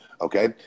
okay